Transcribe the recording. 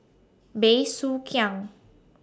Bey Soo Khiang